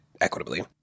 equitably